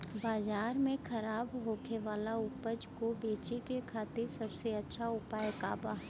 बाजार में खराब होखे वाला उपज को बेचे के खातिर सबसे अच्छा उपाय का बा?